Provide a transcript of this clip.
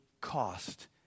cost